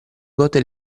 gote